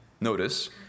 Notice